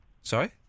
Sorry